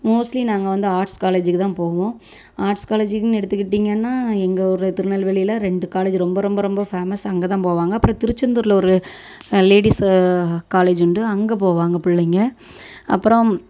mostly நாங்கள் வந்து arts காலேஜுக்கு தான் போவோம் ஆர்ட்ஸ் காலேஜுக்குனு எடுத்துக்கிட்டிங்கன்னால் எங்கள் ஊர் திருநெல்வேலியில் ரெண்டு காலேஜ் ரொம்ப ரொம்ப ரொம்ப ஃபேமஸ் அங்கேதான் போவாங்க அப்புறம் திருச்செந்தூரில் ஒரு லேடிஸு காலேஜ் உண்டு அங்கே போவாங்க பிள்ளைங்க அப்புறம்